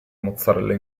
mozzarelle